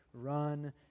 run